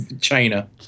China